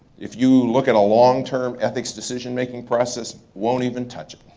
if you look at a long term ethics decision making process, won't even touch it.